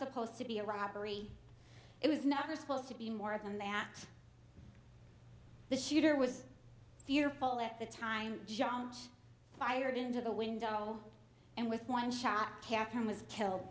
supposed to be a robbery it was never supposed to be more than that the shooter was fearful at the time just fired into the window and with one shot catherine was killed